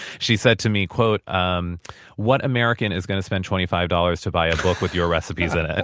she said to me, quote, um what american is going to spend twenty five dollars to buy a book with your recipes in and